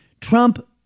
Trump